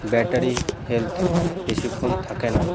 battery health বেশিক্ষণ থাকে না